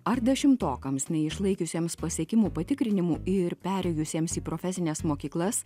ar dešimtokams neišlaikiusiems pasiekimų patikrinimų ir perėjusiems į profesines mokyklas